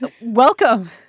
Welcome